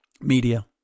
media